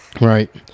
Right